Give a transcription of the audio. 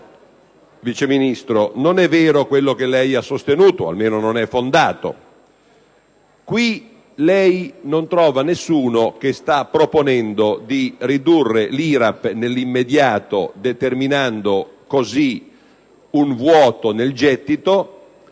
Vice Ministro, non è vero ciò che lei ha sostenuto, o almeno non è fondato. Lei qui non trova nessuno che sta proponendo di ridurre l'IRAP nell'immediato, determinando così un vuoto nel gettito,